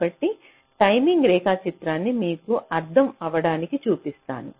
కాబట్టి టైమింగ్ రేఖాచిత్రాన్ని మీకు అర్థం అవ్వడానికి చూపిస్తాను